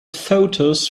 photos